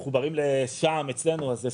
שינינו את זה